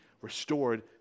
restored